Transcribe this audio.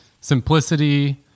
simplicity